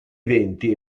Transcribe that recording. venti